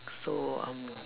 so I'm